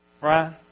right